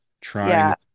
trying